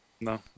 No